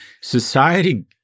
society